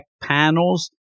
panels